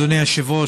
אדוני היושב-ראש,